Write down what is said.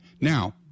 Now